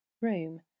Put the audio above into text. room